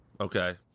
Okay